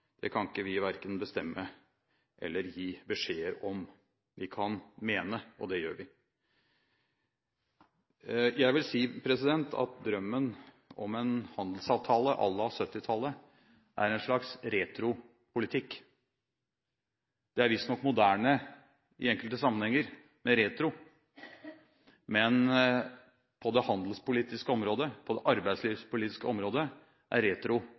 Det kan ikke vi verken bestemme eller gi beskjeder om. Vi kan mene, og det gjør vi. Jeg vil si at drømmen om en handelsavtale à la 1970-tallet er en slags retropolitikk. Det er visstnok moderne i enkelte sammenhenger med retro, men på det handelspolitiske området og på arbeidslivspolitiske området er retro